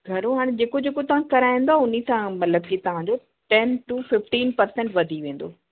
घरों हाणे जेको जेको तव्हां कराईंदव उन्हीअ सां मतिलबु कि तव्हां जो टेन टू फ़िफ़्टीन परसेंट वधी वेंदो